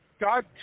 God